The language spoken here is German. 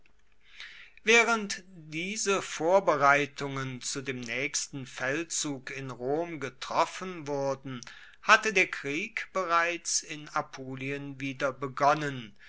waehrend diese vorbereitungen zu dem naechsten feldzug in rom getroffen wurden hatte der krieg bereits in apulien wieder begonnen